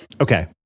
Okay